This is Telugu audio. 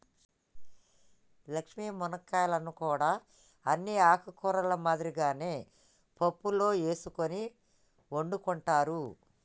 లక్ష్మీ మునగాకులను కూడా అన్ని ఆకుకూరల మాదిరిగానే పప్పులో ఎసుకొని వండుకుంటారు